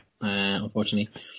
unfortunately